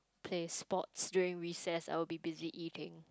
play sports during recess I would be busy eating